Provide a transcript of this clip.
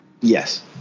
Yes